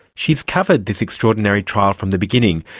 she's covered this extraordinary trial from the beginning,